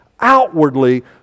outwardly